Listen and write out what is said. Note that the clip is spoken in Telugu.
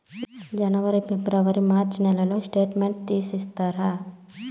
జనవరి, ఫిబ్రవరి, మార్చ్ నెలల స్టేట్మెంట్ తీసి ఇస్తారా?